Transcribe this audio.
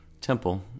temple